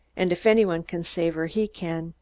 and if any one can save her, he can.